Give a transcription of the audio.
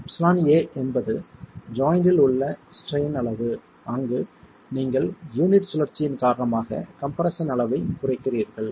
εa என்பது ஜாய்ண்ட் இல் உள்ள ஸ்ட்ரைன் அளவு அங்கு நீங்கள் யூனிட் சுழற்சியின் காரணமாக கம்ப்ரெஸ்ஸன் அளவைக் குறைக்கிறீர்கள்